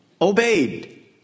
obeyed